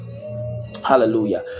hallelujah